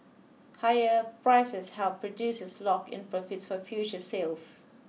higher prices help producers lock in profits for future sales